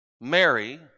Mary